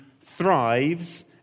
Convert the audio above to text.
thrives